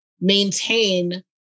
maintain